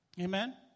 Amen